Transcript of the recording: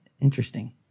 Interesting